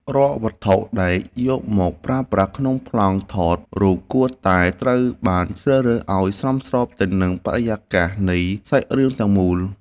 រាល់វត្ថុដែលយកមកប្រើប្រាស់ក្នុងប្លង់ថតរូបគួរតែត្រូវបានជ្រើសរើសឱ្យសមស្របទៅនឹងបរិយាកាសនៃសាច់រឿងទាំងមូល។